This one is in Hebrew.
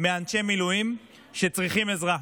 מאנשי מילואים שצריכים עזרה.